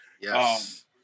yes